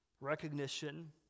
recognition